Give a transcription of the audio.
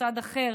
מוסד אחר,